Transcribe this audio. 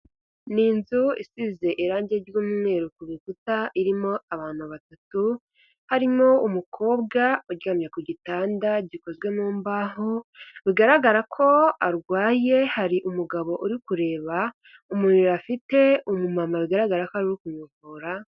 Ni inzu isize irangi ry'umweru ku bikuta irimo abantu batatu, harimo umukobwa uryamye ku gitanda gikozwe mu mbaho bigaragara ko arwaye, hari umugabo uri kureba umuriro afite, umumama bigaragara ko ari kumuvura.